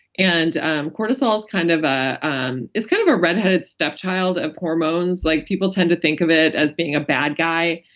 and and cortisol is kind of, ah um it's kind of a red headed stepchild of hormones like people tend to think of it as being a bad guy.